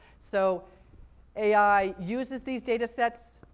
so ai uses these data sets.